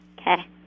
Okay